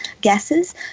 gases